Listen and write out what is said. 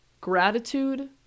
Gratitude